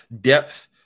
Depth